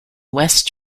west